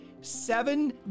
seven